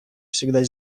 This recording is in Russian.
всегда